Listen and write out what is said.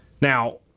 Now